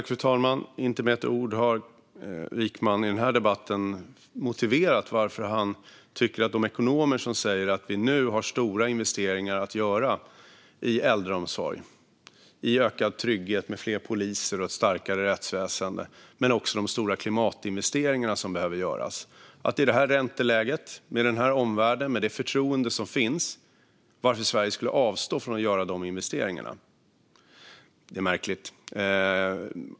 Fru talman! Ekonomer säger att vi nu har stora investeringar att göra i äldreomsorg, i ökad trygghet, med fler poliser och starkare rättsväsen men också stora klimatinvesteringar som behöver göras. Niklas Wykman har i den här debatten inte med ett ord motiverat varför han tycker att Sverige borde avstå från att göra dessa investeringar i det här ränteläget, med den omvärld vi har och med det förtroende finns. Det är märkligt.